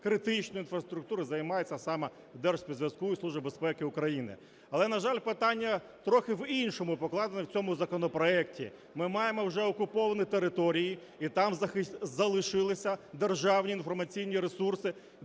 державно-критичної інфраструктури займається саме Держспецзв'язку і Служба безпеки України. Але, на жаль, питання трохи в іншому покладене в цьому законопроекті. Ми маємо вже окуповані території і там залишилися державні інформаційні ресурси